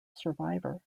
survivor